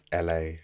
LA